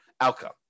outcome